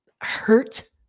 hurt